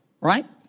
Right